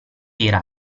era